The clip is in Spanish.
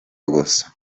agosto